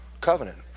Covenant